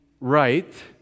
right